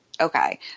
Okay